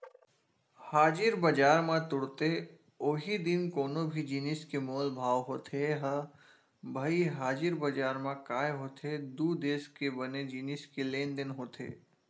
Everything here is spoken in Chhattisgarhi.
हाजिर बजार म तुरते उहीं दिन कोनो भी जिनिस के मोल भाव होथे ह भई हाजिर बजार म काय होथे दू देस के बने जिनिस के लेन देन होथे